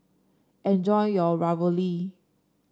enjoy your Ravioli